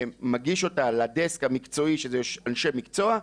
מגיש אותה לדסק המקצועי שהם אנשי מקצוע,